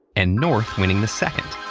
and north winning the second.